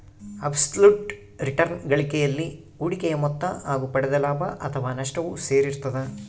abs ಲುಟ್ return ಗಳಿಕೆಯಲ್ಲಿ ಹೂಡಿಕೆಯ ಮೊತ್ತ ಹಾಗು ಪಡೆದ ಲಾಭ ಅಥಾವ ನಷ್ಟವು ಸೇರಿರ್ತದ